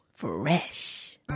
Fresh